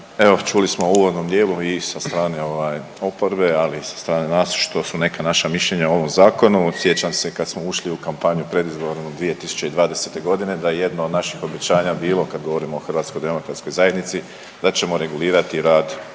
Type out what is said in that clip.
čuli smo u uvodnom djelu i sa strane ovaj oporbe, ali i sa strane vas što su neka naša mišljenja o ovom zakonu. Sjećam se kad smo ušli u kampanju predizbornu 2020. godine da je jedno od naših obećanja bilo kad govorimo o HDZ-u da ćemo regulirati rad trgovina